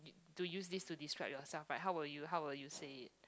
to use this to describe yourself right how will you how will you say it